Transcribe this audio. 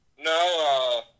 No